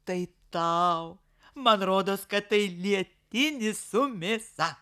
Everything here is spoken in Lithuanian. tai tau man rodos kad tai lietinis su mėsa